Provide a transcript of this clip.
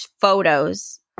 photos